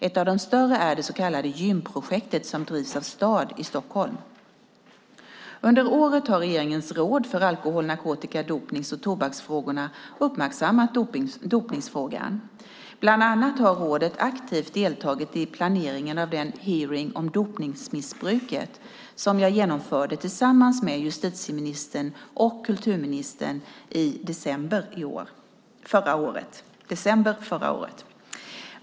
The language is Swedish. Ett av de större är det så kallade gymprojektet som drivs av Stad i Stockholm. Under året har regeringens råd för alkohol-, narkotika-, dopnings och tobaksfrågorna uppmärksammat dopningsfrågan. Bland annat har rådet aktivt deltagit i planeringen av den hearing om dopningsmissbruket som jag genomförde tillsammans med justitieministern och kulturministern i december förra året.